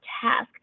task